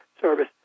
service